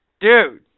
Dude